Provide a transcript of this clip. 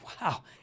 wow